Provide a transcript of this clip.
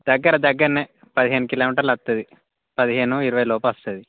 దగ్గర దగ్గరనే పదిహేను కిలోమీటర్లు వస్తుంది పదిహేను ఇరవై లోపు వస్తుంది